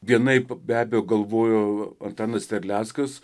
vienaip be abejo galvojo antanas terleckas